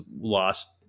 lost